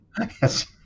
yes